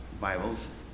Bibles